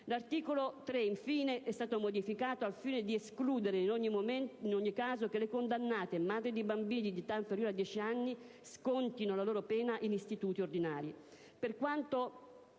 L'articolo 3, infine, è stato da noi modificato al fine di escludere in ogni caso che le condannate, madri di bambini di età inferiore a 10 anni, scontino la loro pena in istituti ordinari.